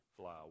fly